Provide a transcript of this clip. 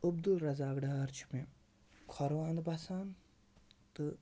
عبدل رزاق ڈار چھُ مےٚ کھۄرو اَندٕ بَسان تہٕ